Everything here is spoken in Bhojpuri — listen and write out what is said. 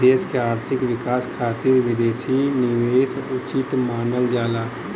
देश क आर्थिक विकास खातिर विदेशी निवेश उचित मानल जाला